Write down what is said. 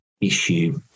issue